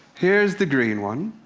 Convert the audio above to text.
here is the green one.